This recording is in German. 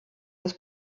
des